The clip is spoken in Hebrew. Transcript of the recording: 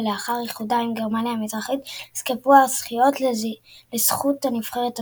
ולאחר איחודה עם גרמניה המזרחית נזקפו הזכיות לזכות הנבחרת המאוחדת.